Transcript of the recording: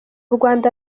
rwanda